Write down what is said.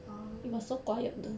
orh